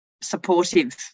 supportive